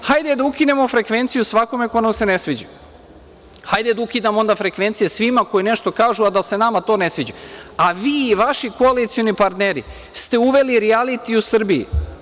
Hajde da ukinemo frekvenciju svakom ko nam se ne sviđa, hajde da ukidamo onda frekvencije svima koji nešto kažu, a da se to nama ne sviđa, a vi i vaši koalicioni partneri ste uveli rijaliti u Srbiji.